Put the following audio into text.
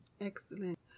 Excellent